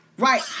Right